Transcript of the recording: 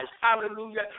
Hallelujah